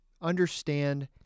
understand